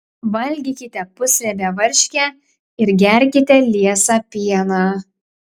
valgykite pusriebę varškę ir gerkite liesą pieną